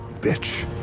bitch